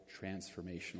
transformational